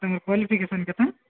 ତୁମର କ୍ୱାଲିଫିକେସନ୍ କେତେ